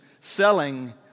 selling